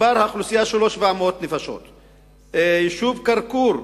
האוכלוסייה שלו היא 700 נפשות, היישוב כרכור,